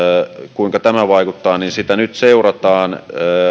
kuinka tämä vaikuttaa nyt seurataan